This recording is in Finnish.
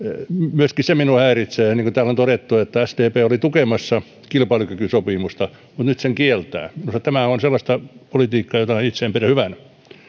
myöskin se minua häiritsee niin kuin täällä on todettu että sdp oli tukemassa kilpailukykysopimusta mutta nyt sen kieltää minusta tämä on sellaista politiikkaa jota itse en pidä